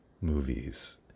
movies